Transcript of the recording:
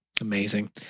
Amazing